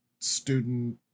student